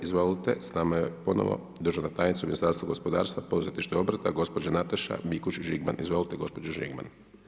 Izvolite s nama je ponovno državna tajnica u Ministarstvu gospodarstva, poduzetništva i obrta, gđa Nataša Mikuš Žigman, izvolite gđa. Žigman.